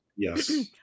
Yes